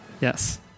Yes